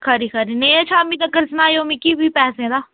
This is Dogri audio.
खरी खरी नेईं तां शामीं तक्कर सनाएओ मिकी भी पैसें दा